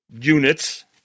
units